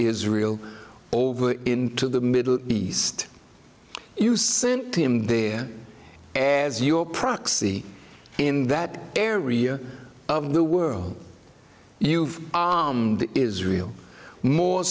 israel over into the middle east you sent him there as your proxy in that area of the world you've israel more